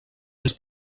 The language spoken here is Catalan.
ens